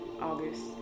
August